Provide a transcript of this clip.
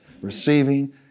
Receiving